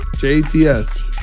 jts